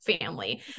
family